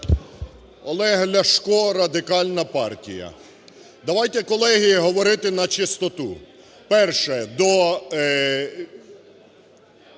Олег Ляшко, Радикальна партія. Давайте, колеги, говорити на чистоту. Перше. До